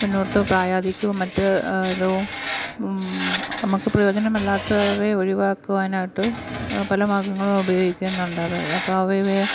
മുന്നോട്ട് പ്രായാധിക്യവും മറ്റ് ഇതുവും നമുക്ക് പ്രയോജനമല്ലാത്തവയെ ഒഴിവാക്കുവാനായിട്ട് പല മാർഗങ്ങളും ഉപയോഗിക്കുന്നുണ്ട് അപ്പം അവ ഇവയെ